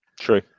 true